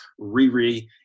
Riri